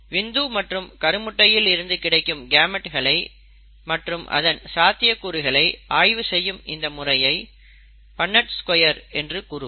விந்து மற்றும் கருமுட்டையில் இருந்து கிடைக்கும் கேமெட்களை மற்றும் அதன் சாத்தியக்கூறுகளை ஆய்வு செய்யும் இந்த முறையை பண்ணெட் ஸ்கொயர் என்று கூறுவர்